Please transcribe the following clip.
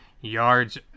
yards